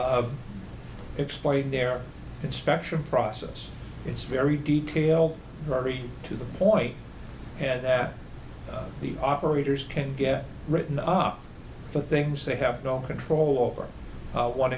of explain their inspection process it's very detail very to the point and that the operators can get written up for things they have no control over one